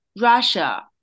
Russia